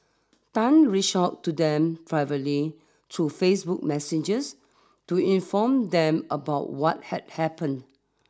Tan reached out to them privately through Facebook Messengers to inform them about what had happened